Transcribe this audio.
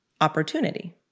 opportunity